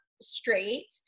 straight